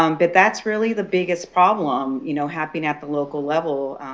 um but that's really the biggest problem you know happening at the local level.